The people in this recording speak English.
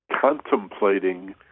contemplating